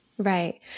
Right